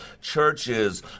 churches